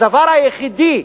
הדבר היחידי